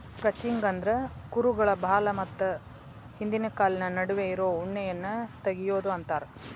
crutching ಅಂದ್ರ ಕುರುಗಳ ಬಾಲ ಮತ್ತ ಹಿಂದಿನ ಕಾಲಿನ ನಡುವೆ ಇರೋ ಉಣ್ಣೆಯನ್ನ ತಗಿಯೋದು ಅಂತಾರ